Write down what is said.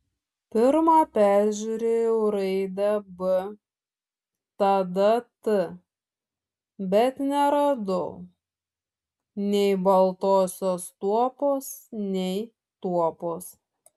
pirma peržiūrėjau raidę b tada t bet neradau nei baltosios tuopos nei tuopos